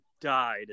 died